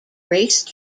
race